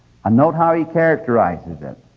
and note how he characterizes it,